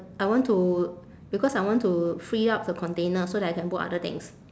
I want to because I want to free up the container so that I can put other things